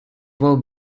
well